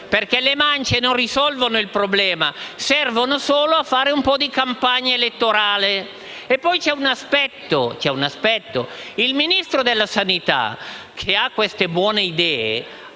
perché le mance non risolvono il problema, servono solo a fare un po' di campagna elettorale. Poi c'è un altro aspetto da considerare: il Ministro della sanità che ha queste buone idee,